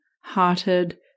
hearted